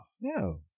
No